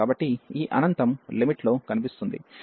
కాబట్టి ఈ అనంతం లిమిట్ లో కనిపిస్తుంది